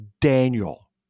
Daniel